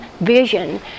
vision